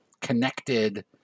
connected